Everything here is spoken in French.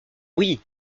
oui